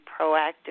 proactive